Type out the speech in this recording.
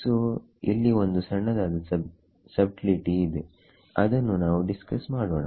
so ಇಲ್ಲಿ ಒಂದು ಸಣ್ಣದಾದ ಸಬ್ಟ್ಲಿಟಿ ಇದೆ ಅದನ್ನು ನಾವು ಡಿಸ್ಕಸ್ ಮಾಡೋಣ